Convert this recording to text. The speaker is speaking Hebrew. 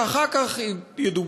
ואחר כך ידובר,